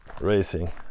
racing